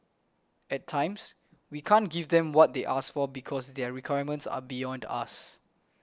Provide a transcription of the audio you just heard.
at times we can't give them what they ask for because their requirements are beyond us